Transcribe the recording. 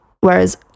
whereas